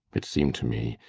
it seemed to me,